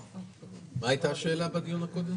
מה הייתה השאלה בדיון הקודם?